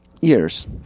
years